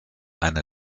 eine